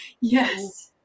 Yes